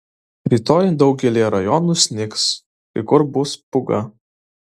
rytoj daugelyje rajonų snigs kai kur bus pūga